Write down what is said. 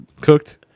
cooked